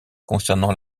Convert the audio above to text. concernant